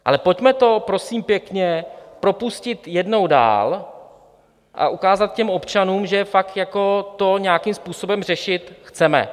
Ale pojďme to, prosím pěkně, propustit jednou dál a ukázat občanům, že to nějakým způsobem řešit chceme.